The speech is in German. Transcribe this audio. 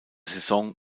saison